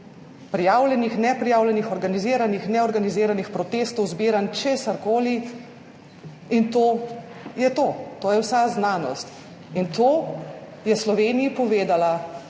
prijavljenih, neprijavljenih, organiziranih, neorganiziranih protestov, zbiranj, česarkoli, in to je to, to je vsa znanost. In to je Sloveniji povedala